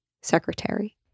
Secretary